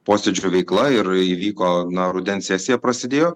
posėdžių veikla ir įvyko na rudens sesija prasidėjo